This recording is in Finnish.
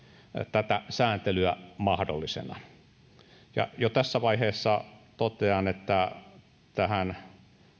tätä sääntelyä mahdollisena jo tässä vaiheessa totean että tähän